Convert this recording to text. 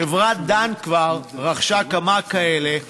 חברת דן כבר רכשה כמה כאלה לניסוי,